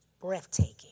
breathtaking